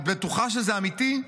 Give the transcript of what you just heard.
את בטוחה שזה אמיתי?